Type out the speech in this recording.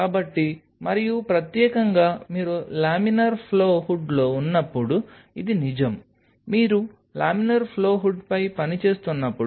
కాబట్టి మరియు ప్రత్యేకంగా మీరు లామినార్ ఫ్లో హుడ్లో ఉన్నప్పుడు ఇది నిజం మీరు లామినార్ ఫ్లో హుడ్పై పని చేస్తున్నప్పుడు